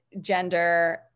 gender